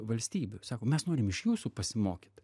valstybių sako mes norim iš jūsų pasimokyt